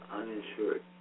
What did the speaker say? uninsured